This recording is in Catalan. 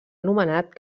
anomenat